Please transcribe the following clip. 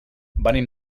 venim